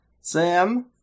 Sam